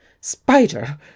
Spider